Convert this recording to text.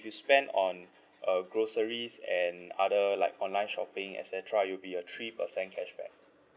you spend on uh groceries and other like online shopping et cetera it'll be a three percent cashback